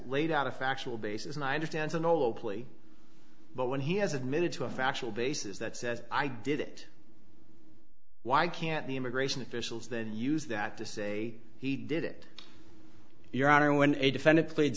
laid out a factual basis and i understand an old plea but when he has admitted to a factual basis that says i did it why can't the immigration officials then use that to say he did it your honor when a defendant plead